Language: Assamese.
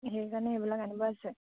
সেইকাৰণে এইবিলাক আনিব আছে